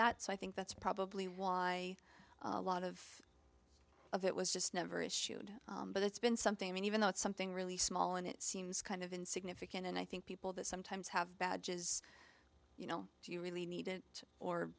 that so i think that's probably why a lot of of it was just never issued but it's been something i mean even though it's something really small and it seems kind of been significant and i think people that sometimes have badges you know do you really need it or